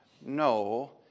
No